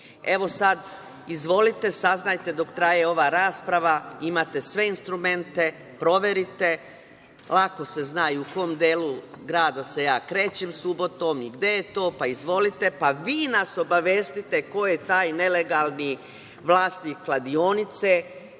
sada izvolite i saznajte dok traje ova rasprava, imate sve instrumente, proverite, lako se zna i u kom delu grada se ja krećem subotom i gde je to, pa izvolite i vi nas obavestite ko je taj nelegalni vlasnik kladionice,